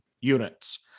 units